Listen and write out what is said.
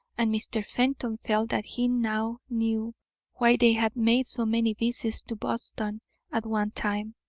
and mr. fenton felt that he now knew why they had made so many visits to boston at one time,